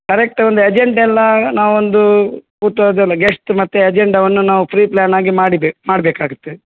correct ಒಂದು agenda ಎಲ್ಲ ನಾವೊಂದು ಕೂತ್ವಾಗಲ್ಲ ಗೆಸ್ಟ್ ಮತ್ತೆ ಅಜೆಂಡಾವನ್ನು ನಾವು ಪ್ರಿ ಪ್ಲಾನ್ ಆಗಿ ಮಾಡಬೇಕು ಮಾಡಬೇಕಾಗುತ್ತೆ